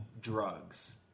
drugs